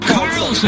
Carlson